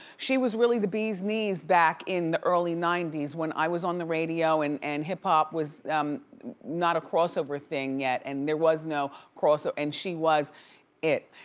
she was really the bees knees back in the early ninety s when i was on the radio and and hip hop was not a crossover thing yet and there was no cross, ah and she was it.